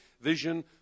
vision